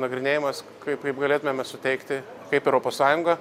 nagrinėjimas kaip kaip galėtumėme suteikti kaip europos sąjunga